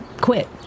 Quit